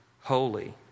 holy